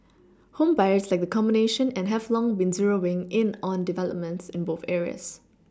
home buyers like the combination and have long been zeroing in on developments in both areas